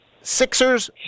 Sixers